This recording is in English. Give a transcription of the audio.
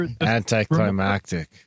anticlimactic